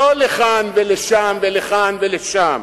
לא לכאן ולשם ולכאן ולשם,